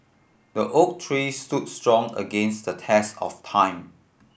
the oak tree stood strong against the test of time